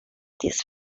this